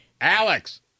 Alex